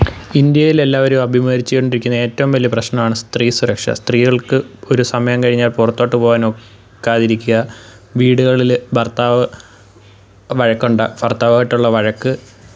ഇന്ത്യയിൽ എല്ലാവരും അഭിമുഖീകരിച്ചു കൊണ്ടിരിക്കുന്ന ഏറ്റവും വലിയ പ്രശ്നമാണ് സ്ത്രീ സുരക്ഷ സ്ത്രീകള്ക്ക് ഒരു സമയം കഴിഞ്ഞാൽ പുറത്തോട്ട് പോവാൻ ഒക്കാതിരിക്കുക വീടുകളിൽ ഭര്ത്താവ് വഴക്കുണ്ടാക്കുക ഭര്ത്താവായിട്ടുള്ള വഴക്ക്